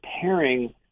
pairing